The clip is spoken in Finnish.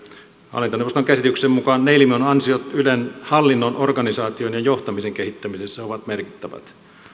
hallintoneuvoston käsityksen mukaan neilimon ansiot ylen hallinnon organisaation ja johtamisen kehittämisessä ovat merkittävät